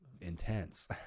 intense